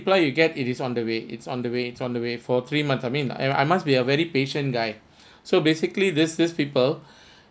reply you get it is on the way it's on the way it's on the way for three month I mean I I must be a very patient guy so basically this this people